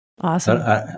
Awesome